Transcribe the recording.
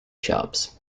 shops